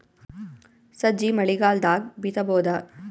ಸಜ್ಜಿ ಮಳಿಗಾಲ್ ದಾಗ್ ಬಿತಬೋದ?